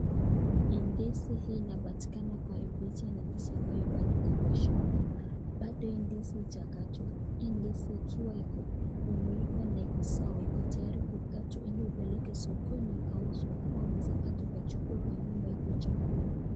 Ndizi hii inapatikana kwa hii picha ni ndizi ambayo baodo Iko kwa shamba. Bado hii ndizi ijakatwa. Hii ndizi ikiwa imeiva na iko na sawa. Ika tayarari kuikatwa Ili ukapeleke sokoni ukauzwe ama upeleke kwa nyumba ikuwe chakula.